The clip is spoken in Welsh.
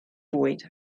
bwyd